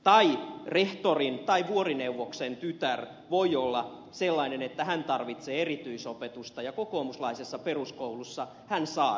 tai rehtorin tai vuorineuvoksen tytär voi olla sellainen että hän tarvitsee erityisopetusta ja kokoomuslaisessa peruskoulussa hän saa sitä